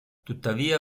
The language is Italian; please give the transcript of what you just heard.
tuttavia